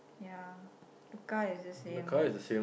ya the car is the same